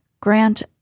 Grant